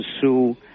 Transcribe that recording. sue